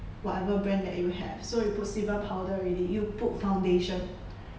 whatever brand that you have so you put sebum powder already you put foundation